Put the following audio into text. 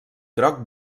groc